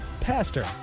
Pastor